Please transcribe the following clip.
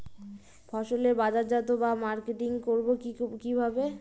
ফসলের বাজারজাত বা মার্কেটিং করব কিভাবে?